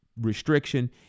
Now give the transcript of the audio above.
restriction